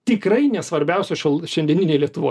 tikrai ne svarbiausia šiuo šiandieninėj lietuvoj